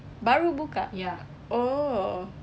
baru buka oh